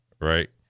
right